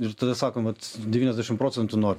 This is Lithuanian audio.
ir tada sakom vat devyniasdešim procentų nuo